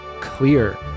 clear